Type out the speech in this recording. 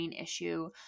issue